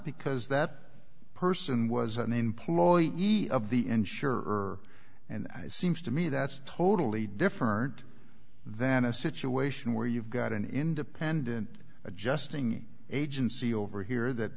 because that person was an employee of the insurer and it seems to me that's totally different than a situation where you've got an independent adjusting agency over here that